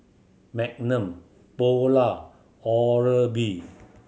Magnum Polar Oral B